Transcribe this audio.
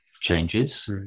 changes